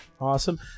Awesome